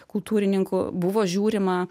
kultūrininkų buvo žiūrima